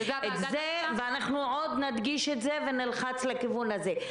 ואנחנו עוד נדגיש ונלחץ לכיוון הזה.